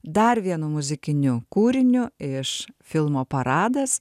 dar vienu muzikiniu kūriniu iš filmo paradas